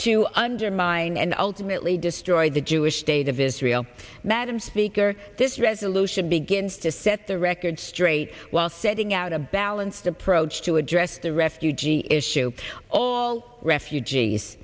to undermine and ultimately destroy the jewish state of israel madam speaker this resolution begins to set the record straight while setting out a balanced approach to address the refugee issue all refugees